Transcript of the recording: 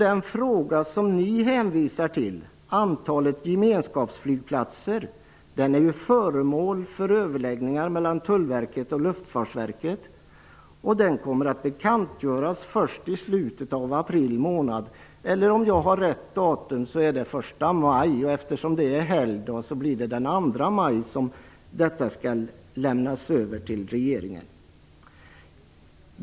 Den fråga som ni hänvisar till, dvs. antalet gemenskapsflygplatser, är ju föremål för överläggningar mellan Tullverket och Luftfartsverket och kommer att bekantgöras först i slutet av april månad. Om jag har rätt datum är det den 1 maj, men eftersom det är en helgdag blir det den 2 maj som detta skall överlämnas till regeringen.